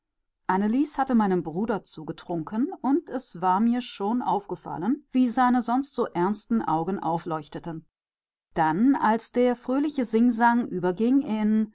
annelies hatte meinem bruder zugetrunken und es war mir schon aufgefallen wie seine sonst so ernsten augen aufleuchteten dann als der fröhliche singsang überging